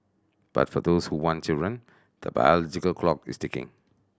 but for those who want children the biological clock is ticking